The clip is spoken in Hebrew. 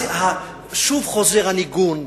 שוב חוזר הניגון,